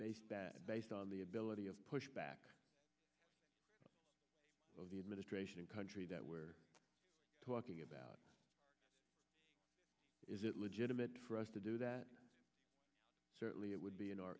based that based on the ability of pushback of the administration country that we're talking about is it legit for us to do that certainly it would be in our